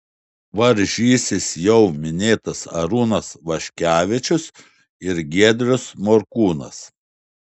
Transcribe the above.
varžysis jau minėtas arūnas vaškevičius ir giedrius morkūnas